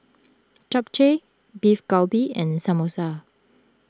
Japchae Beef Galbi and Samosa